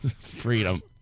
freedom